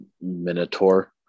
minotaur